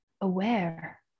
aware